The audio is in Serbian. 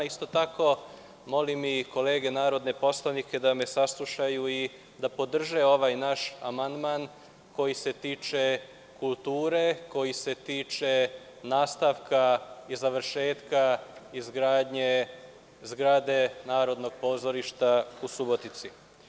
Isto tako, molim i kolege narodne poslanike da me saslušaju i da podrže ovaj naš amandman, koji se tiče kulture, koji se tiče nastavka i završetka izgradnje zgrade Narodnog pozorišta u Subotici.